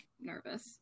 nervous